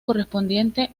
correspondiente